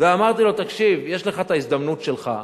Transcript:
ואמרתי לו: תקשיב, יש לך את ההזדמנות שלך.